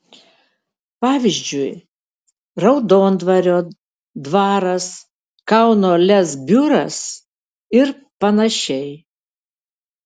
pavyzdžiui raudondvario dvaras kauno lez biuras ir panašiai